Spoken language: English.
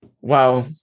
Wow